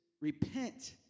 repent